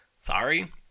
sorry